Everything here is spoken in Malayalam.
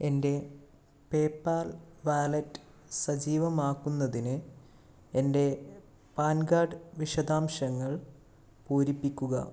എൻ്റെ പേപാൽ വാലറ്റ് സജീവമാക്കുന്നതിന് എൻ്റെ പാൻ കാർഡ് വിശദാംശങ്ങൾ പൂരിപ്പിക്കുക